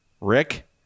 rick